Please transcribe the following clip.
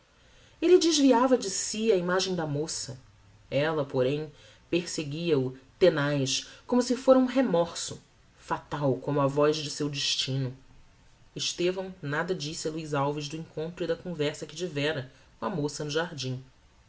elle desviava de si a imagem da moça ella porém perseguia o tenaz como se fora um remorso fatal como a voz de seu destino estevão nada disse a luiz alves do encontro e da conversa qui tivera com a moça no jardim